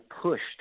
pushed